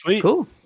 Cool